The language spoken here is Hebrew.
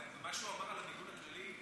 מה שהוא אמר על המיגון הכללי,